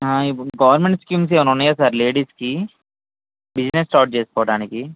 ఇప్పుడు government schemes ఏమన్నా ఉన్నాయా సార్ లేడీస్కి బిజినెస్ స్టార్ట్ చేసుకోడానికి